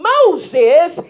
Moses